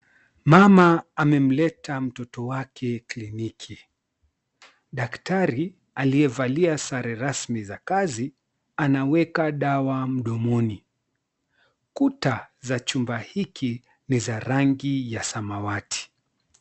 Mama amemleta mtoto wake kliniki. Daktari aliyevalia sare rasmi za kazi anaweka dawa mdomoni. Kuta za chumba hiki ni za rangi ya samawati.